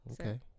okay